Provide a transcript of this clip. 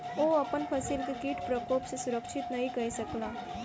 ओ अपन फसिल के कीट प्रकोप सॅ सुरक्षित नै कय सकला